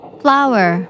flower